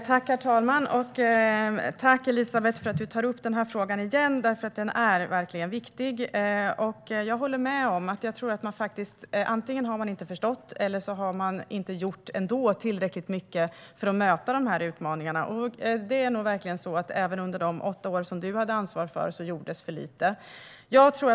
Herr talman! Tack, Elisabeth, för att du tar upp denna fråga igen, för den är verkligen viktig! Jag håller med om att man antingen inte har förstått eller också inte har gjort tillräckligt mycket för att möta utmaningarna. Även under de åtta år då du hade ansvaret gjordes för lite.